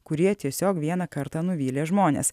kurie tiesiog vieną kartą nuvylė žmones